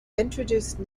introduced